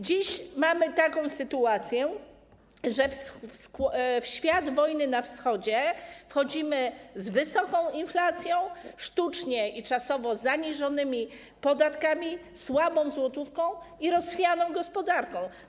Dziś mamy taką sytuację, że w świat wojny na Wschodzie wchodzimy z wysoką inflacją, sztucznie i czasowo zaniżonymi podatkami, słabą złotówką i rozchwianą gospodarką.